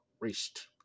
raced